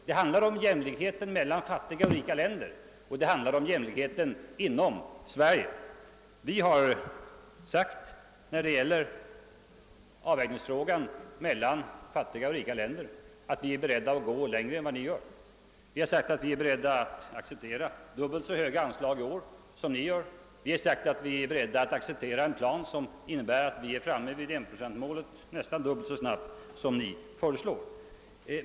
Det rör sig dels om jämlikheten mellan fattiga och rika länder, dels om jämlikheten inom Sverige. Vi har sagt när det gäller avvägningsfrågan mellan fattiga och rika länder, att vi är beredda att gå längre än ni gör, att vi är beredda att acceptera dubbelt så höga anslag som ni gör och att vi är beredda att acceptera en plan som innebär att vi kan nå enprocentmålet nästan dubbelt så snabbt som man kan göra enligt ert förslag.